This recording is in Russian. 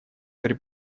при